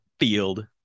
Field